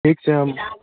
ठीक छै हम